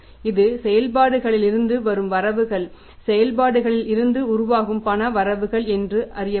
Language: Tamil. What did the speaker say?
இது செயல்பாடுகளிலிருந்து வரும் வரவுகள் செயல்பாடுகளில் இருந்து உருவாகும் பண வரவுகள் என்றும் அறியப்படும்